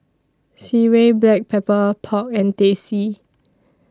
Sireh Black Pepper Pork and Teh C